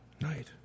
night